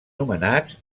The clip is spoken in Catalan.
nomenats